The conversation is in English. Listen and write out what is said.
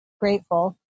grateful